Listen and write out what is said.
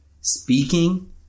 speaking